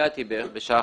הגעתי בערך בשעה